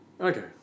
okay